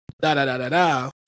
da-da-da-da-da